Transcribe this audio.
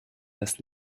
das